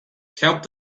helped